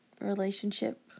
relationship